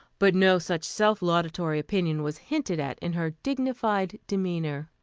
but no such self-laudatory opinion was hinted at in her dignified demeanor.